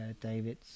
David